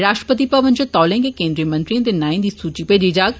राश्ट्रपति भवन च तौलें गै केंद्रीय मंत्रिएं दे नाएं दी सूची मेजी जाग